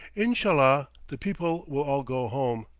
inshallah, the people will all go home.